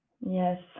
yes